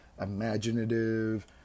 imaginative